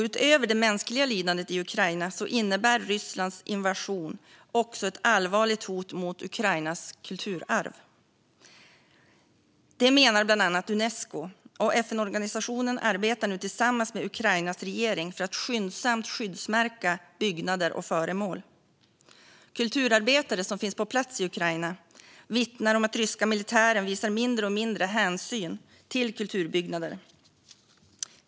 Utöver det mänskliga lidandet i Ukraina innebär Rysslands invasion också ett allvarligt hot mot Ukrainas kulturarv. Det menar bland annat Unesco, och FN-organisationen arbetar nu tillsammans med Ukrainas regering för att skyndsamt skyddsmärka byggnader och föremål. Kulturarbetare som finns på plats i Ukraina vittnar om att den ryska militären visar mindre och mindre hänsyn till kulturbyggnader.